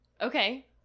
Okay